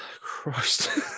Christ